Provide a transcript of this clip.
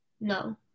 No